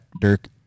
Dirk